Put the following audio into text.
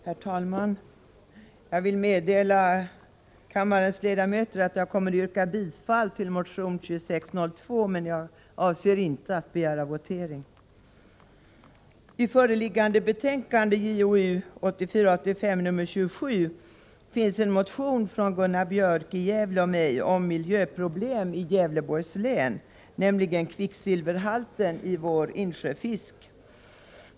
Herr talman! Jag vill meddela kammarens ledamöter att jag kommer att yrka bifall till motion 2602, men att jag inte avser att begära votering. I föreliggande betänkande 27 från jordbruksutskottet finns en motion av Gunnar Björk i Gävle och mig om miljöproblem i Gävleborgs län, nämligen kvicksilverhalten i vår insjöfisk.